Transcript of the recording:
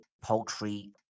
poultry